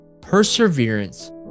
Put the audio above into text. perseverance